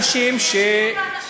ויש הרבה אנשים, שישקיעו באנשים,